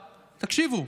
תקשיבו.